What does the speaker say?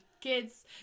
kids